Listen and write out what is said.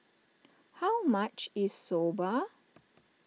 how much is Soba